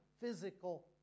physical